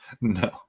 No